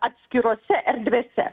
atskirose erdvėse